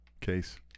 case